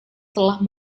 telah